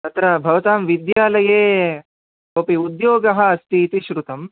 तत्र भवतां विद्यालये कोपि उद्योगः अस्ति इति श्रुतं